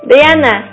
Diana